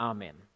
Amen